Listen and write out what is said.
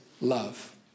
love